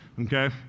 Okay